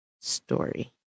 story